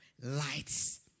lights